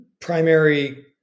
primary